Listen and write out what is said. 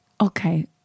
Okay